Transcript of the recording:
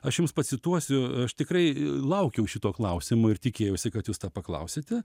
aš jums pacituosiu aš tikrai laukiau šito klausimo ir tikėjausi kad jūs tą paklausite